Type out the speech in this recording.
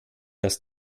das